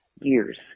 years